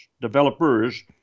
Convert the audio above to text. developers